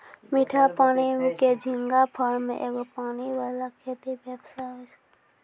मीठा पानी के झींगा फार्म एगो पानी वाला खेती व्यवसाय हुवै छै